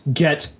get